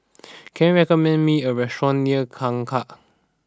can you recommend me a restaurant near Kangkar